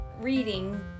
reading